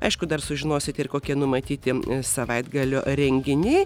aišku dar sužinosite ir kokie numatyti savaitgalio renginiai